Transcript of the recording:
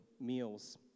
meals